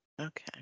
Okay